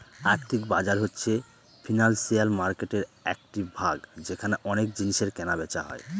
আর্থিক বাজার হচ্ছে ফিনান্সিয়াল মার্কেটের একটি ভাগ যেখানে অনেক জিনিসের কেনা বেচা হয়